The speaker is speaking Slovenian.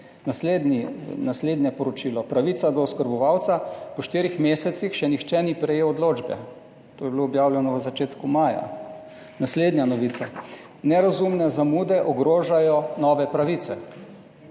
Naslednje poročilo, pravica do oskrbovalca po štirih mesecih še nihče ni prejel odločbe, to je bilo objavljeno v začetku maja. Naslednja novica, nerazumne zamude ogrožajo nove pravice.